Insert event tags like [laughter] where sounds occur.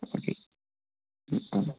okay [unintelligible]